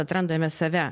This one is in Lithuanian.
atrandame save